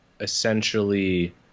essentially